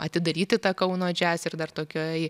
atidaryti tą kauno džiaz ir dar tokioj